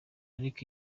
ariko